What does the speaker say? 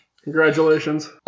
Congratulations